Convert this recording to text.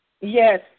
Yes